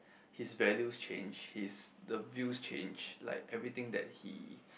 his values change his the views change like everything that he